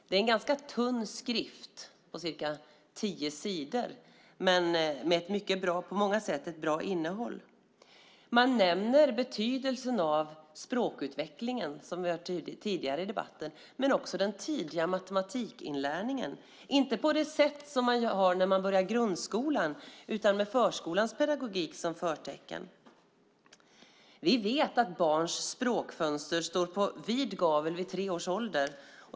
Det är en ganska tunn skrift på cirka tio sidor men med ett på många sätt mycket bra innehåll. Man nämner betydelsen av språkutvecklingen, som vi har hört om tidigare i debatten, men också den tidiga matematikinlärningen - inte på det sätt som man har när man börjar grundskolan utan med förskolans pedagogik som förtecken. Vi vet att barns språkfönster står på vid gavel vid tre års ålder.